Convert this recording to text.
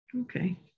Okay